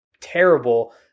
terrible